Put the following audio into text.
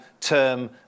term